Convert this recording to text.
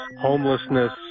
homelessness